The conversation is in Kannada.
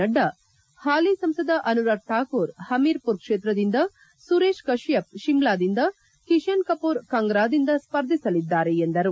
ನಡ್ಡಾ ಪಾಲಿ ಸಂಸದ ಅನುರಾಗ್ ಠಾಕೂರ್ ಪಮೀರ್ ಮರ್ ಕ್ಷೇತ್ರದಿಂದ ಸುರೇಶ್ ಕಶ್ವಪ್ ಶಿಮ್ಲಾದಿಂದ ಕಿಶನ್ ಕಪೂರ್ ಕಂಗ್ರಾದಿಂದ ಸ್ಪರ್ಧಿಸಲಿದ್ದಾರೆ ಎಂದರು